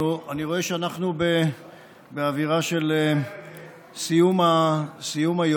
אני רואה שאנחנו באווירה של סיום היום.